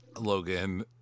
Logan